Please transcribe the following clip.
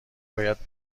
باید